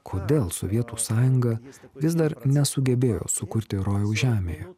kodėl sovietų sąjunga vis dar nesugebėjo sukurti rojaus žemėje